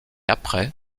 après